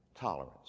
Tolerance